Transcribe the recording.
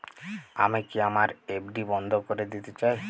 আমি আমার এফ.ডি বন্ধ করে দিতে চাই